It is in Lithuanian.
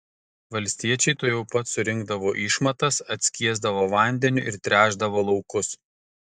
valstiečiai tuojau pat surinkdavo išmatas atskiesdavo vandeniu ir tręšdavo laukus